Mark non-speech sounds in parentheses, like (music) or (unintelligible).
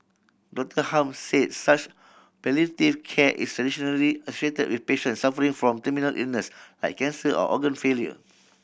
Doctor Hum say such palliative care is traditionally (unintelligible) with patient suffering from terminal illness I cancer or organ failure